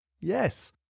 Yes